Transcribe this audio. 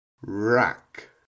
rack